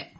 DC Sirmaur